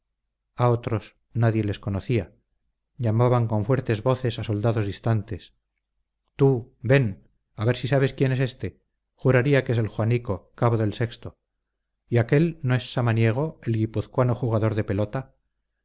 a otros nadie les conocía llamaban con fuertes voces a soldados distantes tú ven a ver si sabes quién es éste juraría que es juanico cabo del sexto y aquél no es samaniego el guipuzcoano jugador de pelota